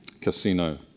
casino